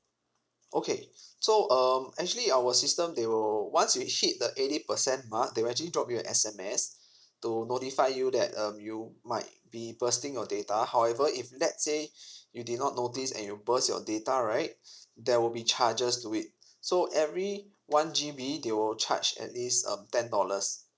okay so um actually our system they will once you hit the eighty percent mark they will actually drop you a S_M_S to notify you that um you might be bursting your data however if let's say you did not notice and you burst your data right there will be charges to it so every one G B they will charge at least um ten dollars